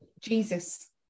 Jesus